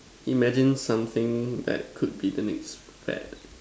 imagine something that could be the next fad